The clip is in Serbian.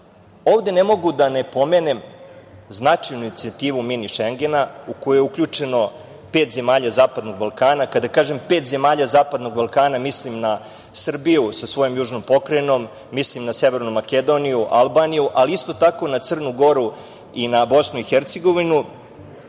Drač. Ovde ne mogu da ne pomenem značajnu inicijativu mini Šengena, u koju je uključeno pet zemalja Zapadnog Balkana. Kada kažem pet zemalja Zapadnog Balkana, mislim na Srbiju sa svojom južnom pokrajinom, mislim na Severnu Makedoniju, Albaniju, ali isto tako i na Crnu Goru i na BiH.